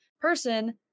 person